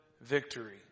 victory